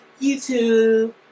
YouTube